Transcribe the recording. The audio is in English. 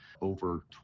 Over